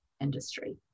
industry